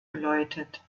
geläutet